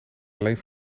alleen